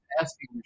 asking